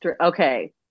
Okay